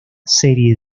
serie